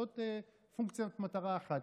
זאת פונקציית מטרה אחת.